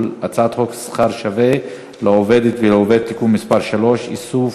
הצעת חוק שכר שווה לעובדת ולעובד (תיקון מס' 3) (איסוף,